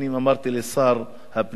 אמרתי לשר הפנים: